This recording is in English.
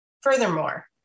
Furthermore